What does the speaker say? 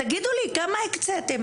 תגידו לי, כמה הקציתם.